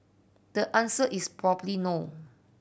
the answer is probably no